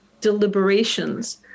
deliberations